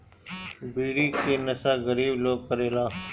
बीड़ी के नशा गरीब लोग करेला